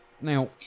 Now